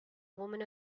woman